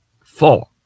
four